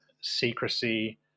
secrecy